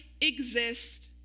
exist